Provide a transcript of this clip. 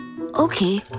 Okay